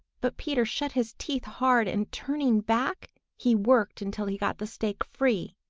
but peter shut his teeth hard, and turning back, he worked until he got the stake free.